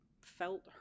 felt